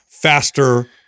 faster